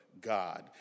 God